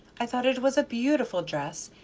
i thought it was a beautiful dress,